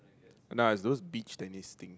nah it's those beach tennis thing